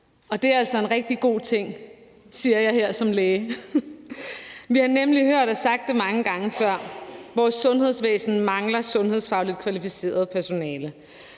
Det er altså en rigtig god ting, siger jeg her som læge. Vi har nemlig hørt og sagt det mange gange før: Vores sundhedsvæsen mangler sundhedsfagligt kvalificeret personale.